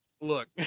look